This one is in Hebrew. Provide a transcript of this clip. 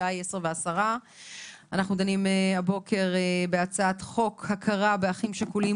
השעה היא 10:10. אנחנו דנים הבוקר בהצעת חוק הכרה באחים שכולים